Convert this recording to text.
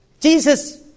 Jesus